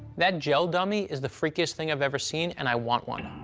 that gel dummy is the freakiest thing i've ever seen, and i want one.